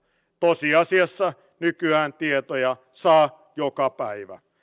tosiasiassa nykyään tietoja saa joka päivä